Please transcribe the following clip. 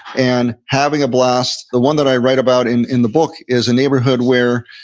and having a blast the one that i write about in in the book is a neighborhood where,